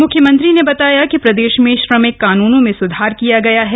मुख्यमंत्री ने बताया कि प्रदेश में श्रमिक कानूनो में सुधार किया गया है